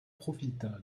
profita